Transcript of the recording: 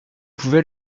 pouvais